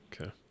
Okay